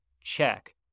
Check